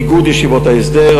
איגוד ישיבות ההסדר,